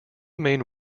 main